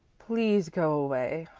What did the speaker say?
please go away.